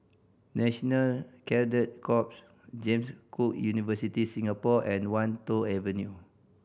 National Cadet Corps James Cook University Singapore and Wan Tho Avenue